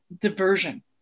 diversion